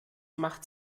macht